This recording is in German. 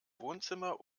wohnzimmer